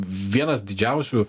vienas didžiausių